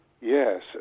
Yes